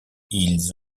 ils